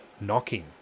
knocking